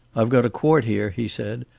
i've got a quart here, he said.